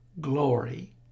Glory